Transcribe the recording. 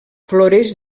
floreix